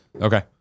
Okay